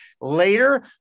later